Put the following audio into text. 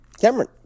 Cameron